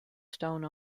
stone